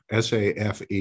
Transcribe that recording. SAFE